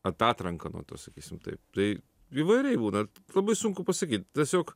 atatranka nuo to sakysim taip tai įvairiai būna labai sunku pasakyt tiesiog